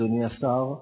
אדוני השר,